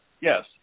Yes